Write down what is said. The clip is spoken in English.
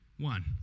One